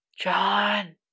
John